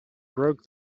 broke